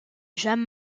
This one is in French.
james